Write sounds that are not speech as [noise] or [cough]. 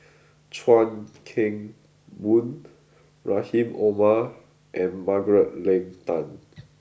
[noise] Chuan Keng Boon Rahim Omar and Margaret Leng Tan